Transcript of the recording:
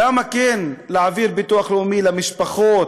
למה כן להעביר ביטוח לאומי למשפחות